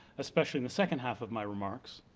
especially in the second half of my remarks,